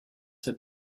had